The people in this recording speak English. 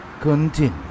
continue